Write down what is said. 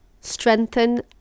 strengthen